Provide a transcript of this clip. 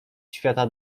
świata